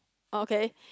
okay